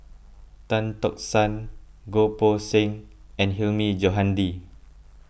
Tan Tock San Goh Poh Seng and Hilmi Johandi